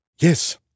Yes